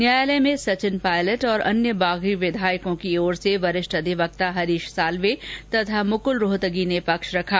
न्यायालय में सचिन पायलट तथा अन्य बागी विधायकों की ओर से वरिष्ठ अधिवक्ता हरीश साल्वे तथा मुकूल रोहतगी ने पक्ष रखा